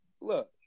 Look